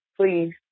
please